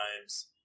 times